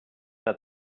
that